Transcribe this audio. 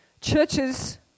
churches